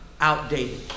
outdated